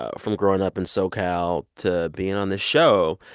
ah from growing up in so cal to being on this show.